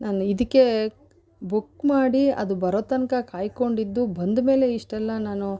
ನಾನು ಇದಕ್ಕೆ ಬುಕ್ ಮಾಡಿ ಅದು ಬರೋ ತನಕ ಕಾಯ್ಕೊಂಡಿದ್ದು ಬಂದ್ಮೇಲೆ ಇಷ್ಟೆಲ್ಲ ನಾನು